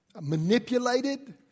manipulated